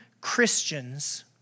Christians